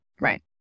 right